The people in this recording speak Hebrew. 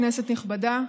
כנסת נכבדה,